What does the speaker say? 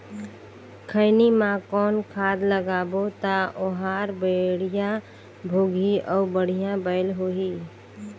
खैनी मा कौन खाद लगाबो ता ओहार बेडिया भोगही अउ बढ़िया बैल होही?